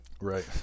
Right